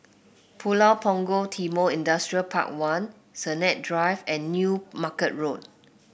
Pulau Punggol Timor Industrial Park One Sennett Drive and New Market Road